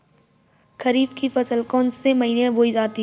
खरीफ की फसल कौन से महीने में बोई जाती है?